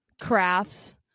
crafts